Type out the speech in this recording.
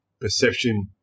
perception